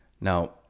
now